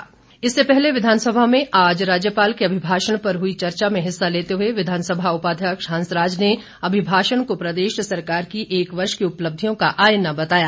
अभिभाषण चर्चा विधानसभा में आज राज्यपाल के अभिभाषण पर हुई चर्चा में हिस्सा लेते हुए विधानसभा उपाध्यक्ष हंसराज ने अभिभाषण को प्रदेश सरकार की एक वर्ष की उपलब्धियों का आयना बताया